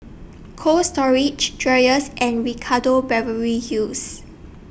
Cold Storage Dreyers and Ricardo Beverly Hills